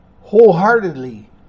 wholeheartedly